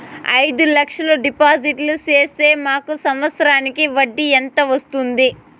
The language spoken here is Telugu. అయిదు లక్షలు డిపాజిట్లు సేస్తే మాకు సంవత్సరానికి వడ్డీ ఎంత వస్తుంది?